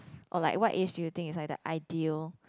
or like what age do you think is like the ideal